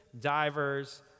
divers